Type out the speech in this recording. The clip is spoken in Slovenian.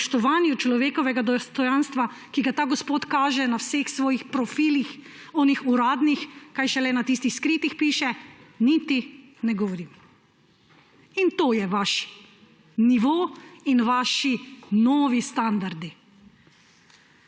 spoštovanju človekovega dostojanstva, ki ga ta gospod kaže na vseh svojih profilih, tistih uradnih, kaj šele na tistih skritih piše, niti ne govorim. In to je vaš nivo in vaši novi standardi.